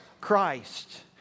Christ